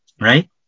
right